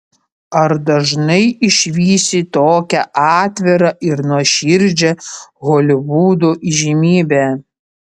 ar dažnai išvysi tokią atvirą ir nuoširdžią holivudo įžymybę